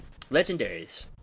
Legendaries